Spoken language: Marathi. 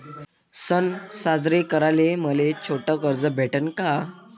सन साजरे कराले मले छोट कर्ज भेटन का?